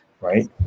right